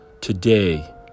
today